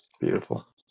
Beautiful